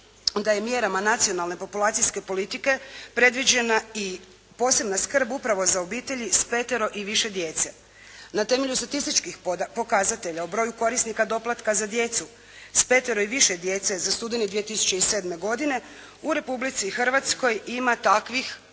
da je mjerama nacionalne populacijske politike predviđena i posebna skrb upravo za obitelji s petero i više djece. Na temelju statističkih pokazatelja o broju korisnika doplatka za djecu s petero i više djece za studeni 2007. godine u Republici Hrvatskoj ima takvih